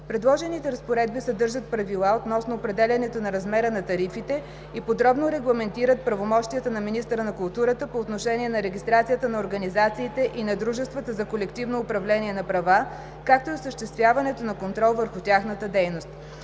Предложените разпоредби съдържат правила относно определянето размера на тарифите и подробно регламентират правомощията на министъра на културата по отношение на регистрацията на организациите и на дружествата за колективно управление на права, както и осъществяването на контрол върху тяхната дейност.